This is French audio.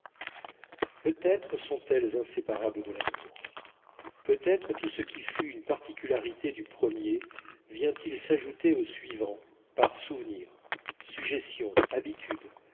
peut-être sont-elles inséparables de l'amour peut-être tout ce qui fut une particularité du premier vient-il s'ajouter aux suivants par souvenir suggestion habitude